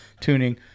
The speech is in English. tuning